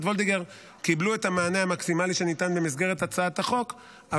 וולדיגר קיבלו את המענה המקסימלי שניתן במסגרת הצעת החוק,